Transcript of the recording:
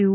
you